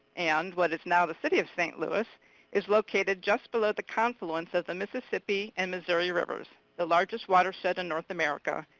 and what is now the city of st. louis is located just below the confluence of the mississippi and missouri rivers, the largest watershed in north america,